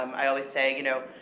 um i always say, you know,